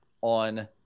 on